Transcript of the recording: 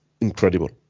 incredible